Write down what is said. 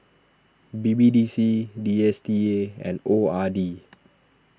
B B D C D S T A and O R D